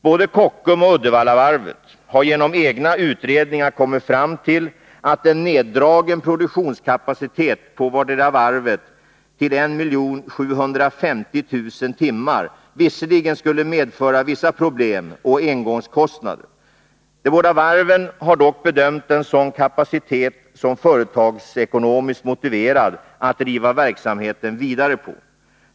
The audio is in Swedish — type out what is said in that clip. Både Kockums och Uddevallavarvet har genom egna utredningar kommit fram till att en neddragen produktionskapacitet på vardera varvet till 1750 000 timmar skulle medföra vissa problem och engångskostnader. De båda varven har dock bedömt en sådan kapacitet som företagsekonomiskt motiverad för att driva verksamheten vidare.